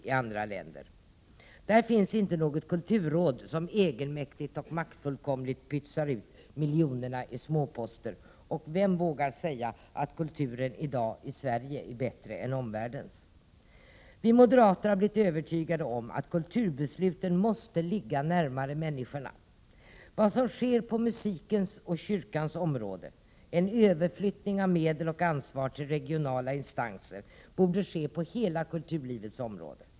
I utlandet finns inte något kulturråd som egenmäktigt och maktfullkomligt pytsar ut miljonerna i småposter. Vem vågar säga att Prot. 1987/88:105 kulturen i Sverige i dag är bättre än den i omvärlden? 21 april 1988 Vi moderater har blivit övertygade om att också kulturbesluten måste ligga närmare människorna. Det som sker på musikens och kyrkans område — en överflyttning av medel och ansvar till regionala instanser — borde ske på hela kulturlivets område.